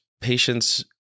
patients